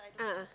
a'ah